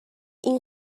این